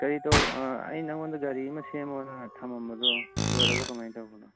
ꯀꯔꯤ ꯑꯩ ꯅꯉꯣꯟꯗ ꯒꯥꯔꯤ ꯑꯃ ꯁꯦꯝꯃꯣꯅ ꯊꯝꯃꯝꯕꯗꯣ ꯂꯣꯏꯔꯕ ꯀꯃꯥꯏꯅ ꯇꯧꯕꯅꯣ